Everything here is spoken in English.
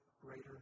greater